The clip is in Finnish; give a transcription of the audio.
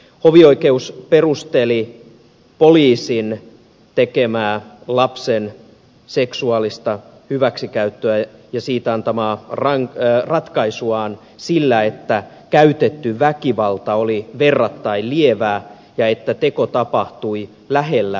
hovioikeus perusteli poliisin tekemää lapsen seksuaalista hyväksikäyttöä ja siitä antamaansa ratkaisua sillä että käytetty väkivalta oli verrattain lievää ja että teko tapahtui lähellä suojaikärajaa